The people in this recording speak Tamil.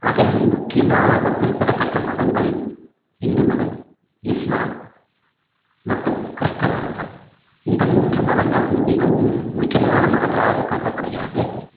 அதில் முக்கியமாக குறிப்பிடத்தக்க மதங்கள் ஹிந்து மதம் இஸ்லாம் மற்றும் கிறிஸ்துமா மதம் இந்த மூன்று மதங்கள் மிகவும் முக்கியமான மதங்களாக கருதப்படுகிறது